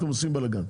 אתם עושים בלאגן.